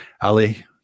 Ali